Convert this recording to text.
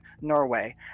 Norway